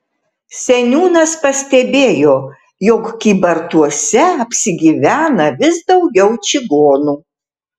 seniūnas pastebėjo jog kybartuose apsigyvena vis daugiau čigonų